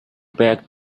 back